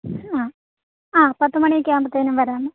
ആ ആ പത്തുമണിയൊക്കെ ആകുമ്പോഴത്തേന് വരാം